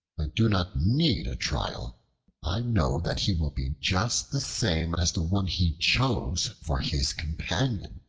i do not need a trial i know that he will be just the same as the one he chose for his companion.